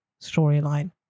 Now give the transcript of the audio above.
storyline